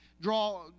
draw